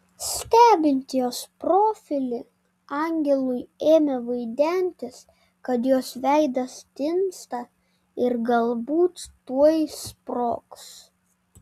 stebint jos profilį angelui ėmė vaidentis kad jos veidas tinsta ir galbūt tuoj sprogs